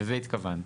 לזה התכוונתם?